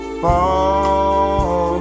fall